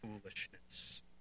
foolishness